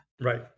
Right